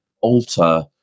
alter